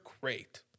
great